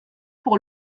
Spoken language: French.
pour